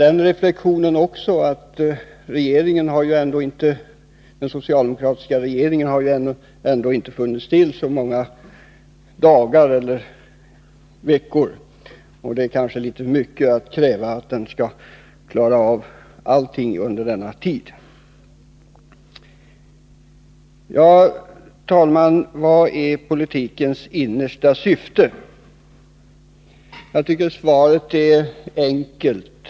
Jag vill också göra den reflexionen att den socialdemokratiska regeringen inte har funnits till så många dagar eller veckor, så det är kanske litet mycket att kräva att den skall ha klarat av allting under den tiden. Herr talman! Vad är politikens innersta syfte? Jag tycker att svaret är enkelt.